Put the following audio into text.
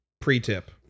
pre-tip